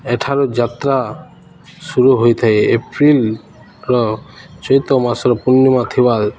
ଏଠାରୁ ଯାତ୍ରା ସୁରୁୁ ହୋଇଥାଏ ଏପ୍ରିଲର ଚଇତ ମାସର ପୂର୍ଣ୍ଣିମା ଥିବା